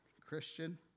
Christian